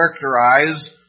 characterize